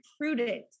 prudent